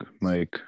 Mike